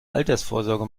altersvorsorge